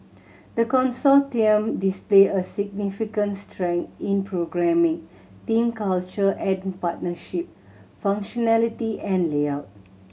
the Consortium displayed a significant strengths in programming team culture and partnership functionality and layout